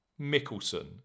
Mickelson